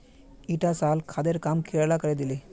ईटा साल खादेर काम कीड़ा ला करे दिले